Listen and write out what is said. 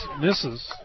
misses